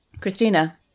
Christina